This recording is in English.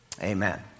Amen